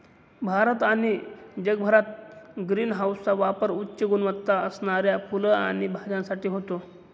भारत आणि जगभरात ग्रीन हाऊसचा पापर उच्च गुणवत्ता असणाऱ्या फुलं आणि भाज्यांसाठी होतो